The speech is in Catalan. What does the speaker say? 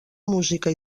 música